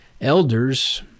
elders